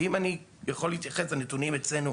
ואם אני יכול להתייחס לנתונים אצלנו,